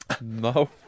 No